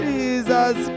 Jesus